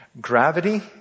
gravity